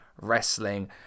wrestling